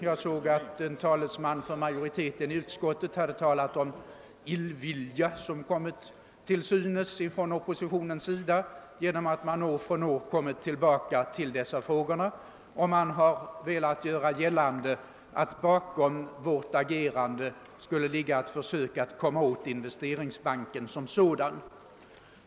Jag såg t.ex. att en talesman för utskottsmajoriteten hade talat om »illvilja» som kommit till synes från oppositionens sida därför att vi år efter år kommit tillbaka till dessa frågor. Man har velat göra gällande att bakom vårt agerande skulle ligga ett försök att komma åt Investeringsbanken som sådan.